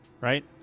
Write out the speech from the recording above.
right